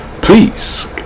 please